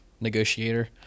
negotiator